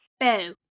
Boo